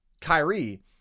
Kyrie